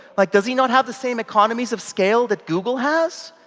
like does he not have the same economies of scale that google has?